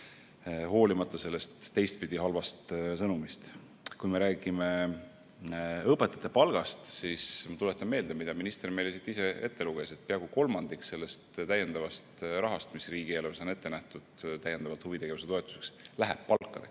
hoolimata sellest teistpidi, sellest halvast sõnumist. Kui me räägime õpetajate palgast, siis ma tuletan meelde, mida minister meile siin ette luges. Peaaegu kolmandik sellest lisarahast, mis riigieelarves on ette nähtud täiendavalt huvitegevuse toetuseks, läheb palkadeks.